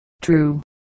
True